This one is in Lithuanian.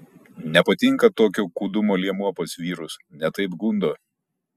nepatinka tokio kūdumo liemuo pas vyrus ne taip gundo